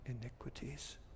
iniquities